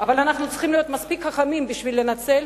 אבל אנחנו צריכים להיות מספיק חכמים בשביל לנצל